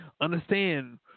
Understand